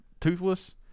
toothless